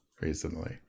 recently